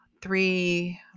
Three